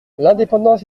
l’indépendance